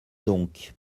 donc